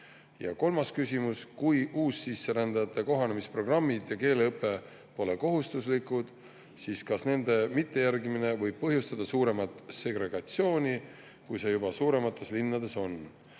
kolmas küsimus: "Kui uussisserändajate kohanemisprogrammid ja keeleõpe pole kohustuslikud, siis kas nende mittejärg[i]mine võib põhjustada suuremat segregatsiooni, kui see juba suuremates linnades on?